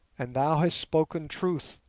and thou hast spoken truth.